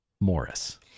Morris